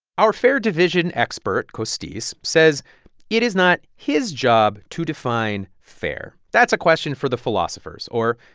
our fair division expert, costis, says it is not his job to define fair. that's a question for the philosophers or,